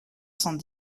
cent